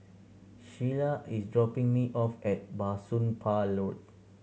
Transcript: Shyla is dropping me off at Bah Soon Pah Road